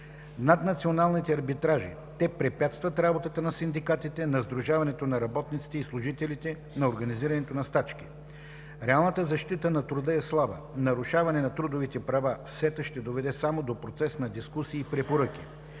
Наднационалните арбитражи – те препятстват работата на синдикатите, на сдружаването на работниците и служителите, на организирането на стачки. - Реалната защита на труда е слаба. Нарушаването на трудовите права в СЕТА ще доведе само до процес на дискусии и препоръки.